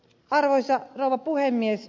arvoisa rouva puhemies